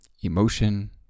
emotion